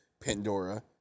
Pandora